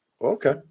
Okay